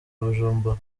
bujumbura